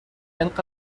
انقد